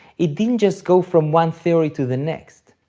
it didn't just go from one theory to the next.